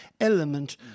element